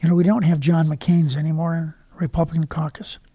you know we don't have john mccain's anymore in republican caucus,